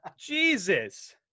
Jesus